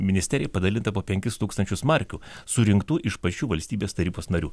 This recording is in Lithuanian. ministerijai padalina po penkis tūkstančius markių surinktų iš pačių valstybės tarybos narių